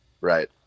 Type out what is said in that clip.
Right